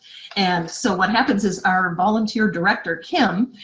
and so what happens is our volunteer director, kim,